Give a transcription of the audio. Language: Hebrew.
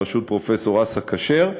בראשות פרופסור אסא כשר,